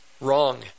Wrong